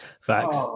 Facts